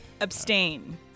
Abstain